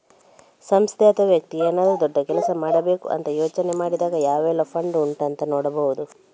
ಸಂಸ್ಥೆ ಅಥವಾ ವ್ಯಕ್ತಿ ಏನಾದ್ರೂ ದೊಡ್ಡ ಕೆಲಸ ಮಾಡ್ಬೇಕು ಅಂತ ಯೋಚನೆ ಮಾಡಿದಾಗ ಯಾವೆಲ್ಲ ಫಂಡ್ ಉಂಟು ಅಂತ ನೋಡ್ಬಹುದು